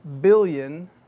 billion